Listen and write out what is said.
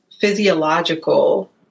physiological